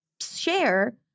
share